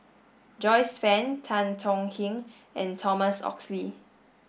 Joyce Fan Tan Tong Hye and Thomas Oxley